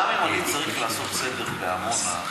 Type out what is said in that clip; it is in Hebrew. אם אני צריך לעשות סדר בעמונה,